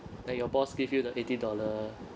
like your boss give you the eighty dollar